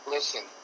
Listen